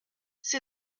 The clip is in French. c’est